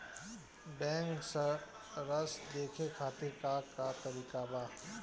Bank सराश देखे खातिर का का तरीका बा?